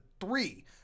three